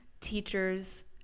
teachers